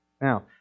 Now